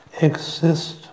exist